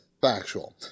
factual